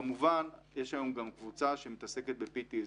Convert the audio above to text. כמובן, יש היום גם קבוצה שמתעסקת ב-PTSD.